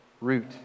root